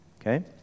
Okay